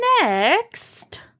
next